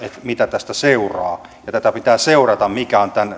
mitä tästä seuraa ja tätä pitää seurata mikä on